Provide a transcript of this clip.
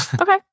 Okay